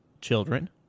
children